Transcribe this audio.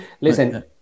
Listen